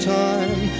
time